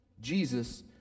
Jesus